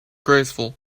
graceful